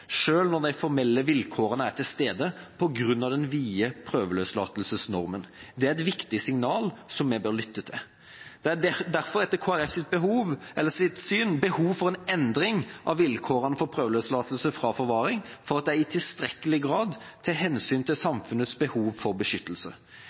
når de formelle vilkårene er til stede, på grunn av den vide prøveløslatelsesnormen. Det er et viktig signal, som vi bør lytte til. Det er derfor etter Kristelig Folkepartis syn behov for en endring av vilkårene for prøveløslatelse fra forvaring for at en i tilstrekkelig grad tar hensyn til